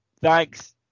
Thanks